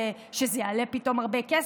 שזה יעלה פתאום הרבה כסף,